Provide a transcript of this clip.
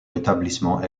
rétablissement